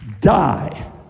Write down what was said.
die